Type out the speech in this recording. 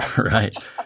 Right